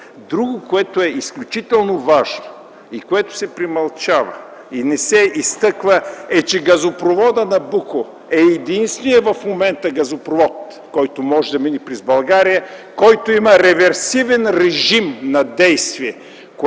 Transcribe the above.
Друго, което е изключително важно, което се премълчава и не се изтъква, е, че газопроводът „Набуко” е единственият в момента газопровод, който може да мине през България, който има реверсивен режим на действие,